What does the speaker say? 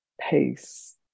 pace